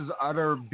utter